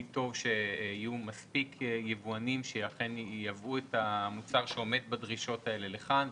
טוב שיהיו מספיק יבואנים שאכן ייבאו את המוצר שעומד בדרישות האלה לכאן?